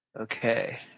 Okay